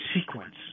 sequence